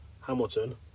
Hamilton